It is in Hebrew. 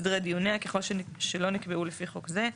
וסדרי דיוניה, אם לא נקבעו לפי חוק זה.